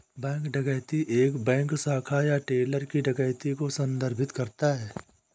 bank डकैती एक bank शाखा या टेलर की डकैती को संदर्भित करता है